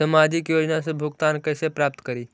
सामाजिक योजना से भुगतान कैसे प्राप्त करी?